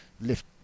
lift